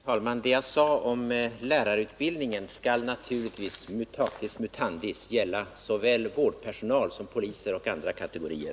Fru talman! Det jag sade om lärarutbildningen skall naturligtvis mutatis mutandis gälla såväl vårdpersonal som poliser och andra kategorier.